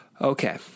okay